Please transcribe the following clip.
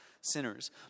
sinners